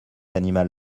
animal